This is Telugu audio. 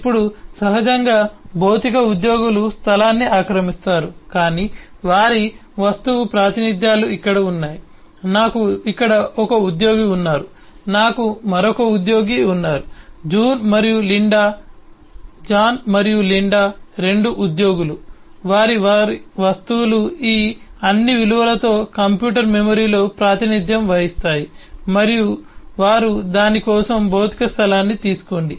ఇప్పుడు సహజంగా భౌతిక ఉద్యోగులు స్థలాన్ని ఆక్రమిస్తారు కానీ వారి వస్తువు ప్రాతినిధ్యాలు ఇక్కడ ఉన్నాయి నాకు ఇక్కడ ఒక ఉద్యోగి ఉన్నారు నాకు మరొక ఉద్యోగి ఉన్నారు జాన్ మరియు లిండా 2 ఉద్యోగులు వారి వస్తువులు ఈ అన్ని విలువలతో కంప్యూటర్ మెమరీలో ప్రాతినిధ్యం వహిస్తాయి మరియు వారు దాని కోసం భౌతిక స్థలాన్ని తీసుకోండి